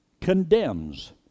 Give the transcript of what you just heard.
condemns